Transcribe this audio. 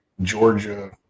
Georgia